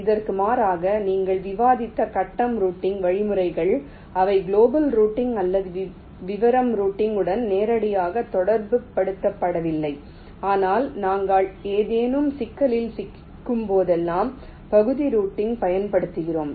இதற்கு மாறாக நீங்கள் விவாதித்த கட்டம் ரூட்டிங் வழிமுறைகள் அவை குளோபல் ரூட்டிங் அல்லது விவரம் ரூட்டிங் உடன் நேரடியாக தொடர்புபடுத்தப்படவில்லை ஆனால் நாங்கள் ஏதேனும் சிக்கலில் சிக்கும்போதெல்லாம் பகுதி ரூட்டிங் பயன்படுத்துகிறோம்